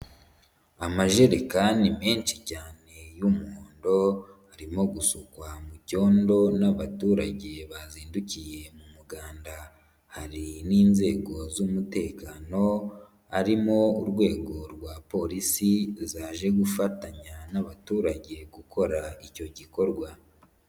Amajerekani menshi cyane y'umuhondo arimo gusukwa mu cyondo n'abaturage bazindukiye mu muganda, hari n'inzego z'umutekano arimo urwego rwa Polisi zaje gufatanya n'abaturage gukora icyo gikorwa.